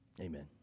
Amen